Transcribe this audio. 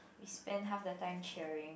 we spend half the time cheering